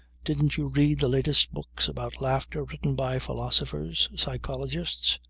didn't you read the latest books about laughter written by philosophers, psychologists?